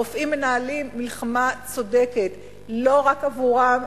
הרופאים מנהלים מלחמה צודקת לא רק עבורם,